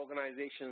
organizations